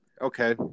Okay